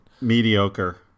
Mediocre